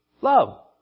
love